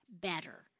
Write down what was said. better